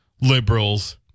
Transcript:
liberals